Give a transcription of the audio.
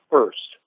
First